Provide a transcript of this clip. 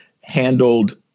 handled